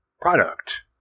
product